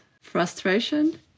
frustration